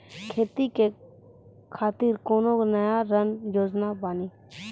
खेती के खातिर कोनो नया ऋण के योजना बानी?